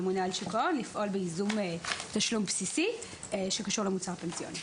הממונה על רשות שוק ההון לפעול בייזום תשלום בסיסי שקשור למוצר פנסיוני.